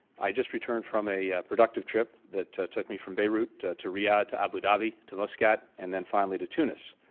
i just returned from a productive trip that took me from beirut to to riyadh to abu dhabi to muscat and then finally to tunis,